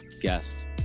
guest